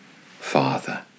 Father